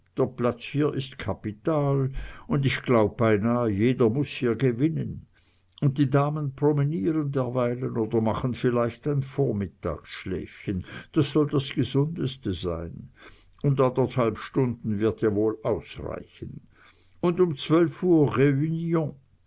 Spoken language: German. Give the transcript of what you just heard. hier ist kapital ich glaube beinah jeder muß hier gewinnen und die damen promenieren derweilen oder machen vielleicht ein vormittagsschläfchen das soll das gesundeste sein und anderthalb stunden wird ja wohl ausreichen und um zwölf uhr